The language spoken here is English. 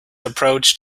approach